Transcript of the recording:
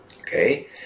okay